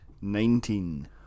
Nineteen